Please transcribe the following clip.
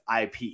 IP